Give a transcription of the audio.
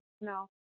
No